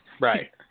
Right